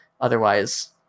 Otherwise